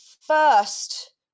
first